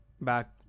back